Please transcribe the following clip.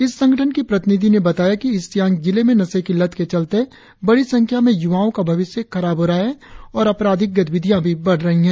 इस संगठन की प्रतिनिधियों ने बताया कि ईस्ट सियांग जिले में नशे की लत के चलते बड़ी संख्या में युवाओं का भविष्य खराब हो रहा है और आपराधिक गतिविधियां भी बढ़ रही है